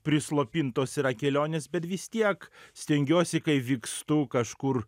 prislopintos yra kelionės bet vis tiek stengiuosi kai vykstu kažkur